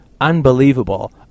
unbelievable